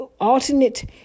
alternate